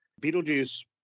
Beetlejuice